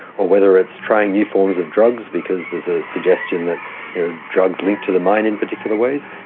or whether it's trying new forms of drugs because there is a suggestion that you know drugs linked to the mind in particular ways,